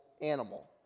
animal